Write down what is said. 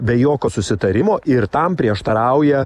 be jokio susitarimo ir tam prieštarauja